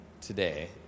today